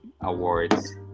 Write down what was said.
awards